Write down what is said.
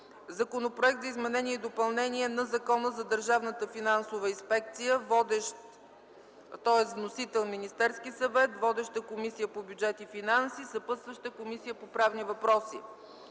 Законопроект за изменение и допълнение на Закона за Държавна финансова инспекция. Вносител – Министерският съвет. Водеща е Комисията по бюджет и финанси. Съпътстваща е Комисията по правни въпроси.